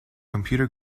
computer